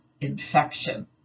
infection